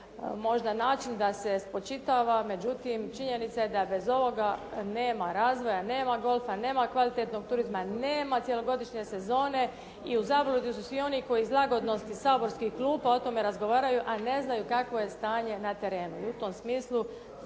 možda način da se spočitava, međutim činjenica je da bez ovoga nema razvoja, nema golfa, nema kvalitetnog turizma, nema cjelogodišnje sezone i u zabludi su svi oni koji iz lagodnosti saborskih klupa o tome razgovaraju a ne znaju kakvo je stanje na terenu